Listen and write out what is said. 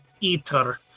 eater